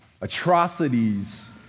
atrocities